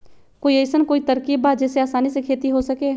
कोई अइसन कोई तरकीब बा जेसे आसानी से खेती हो सके?